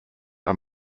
are